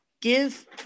give